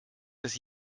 des